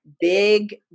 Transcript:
big